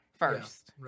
first